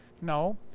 No